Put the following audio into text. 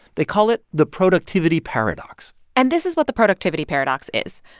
they call it the productivity paradox and this is what the productivity paradox is.